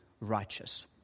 righteous